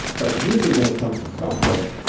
but usually when it comes to software,